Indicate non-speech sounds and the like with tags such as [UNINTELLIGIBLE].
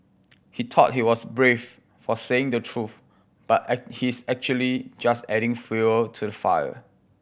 he thought he was brave for saying the truth but [UNINTELLIGIBLE] he is actually just adding fuel to the fire